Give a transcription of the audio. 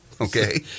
Okay